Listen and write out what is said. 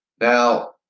Now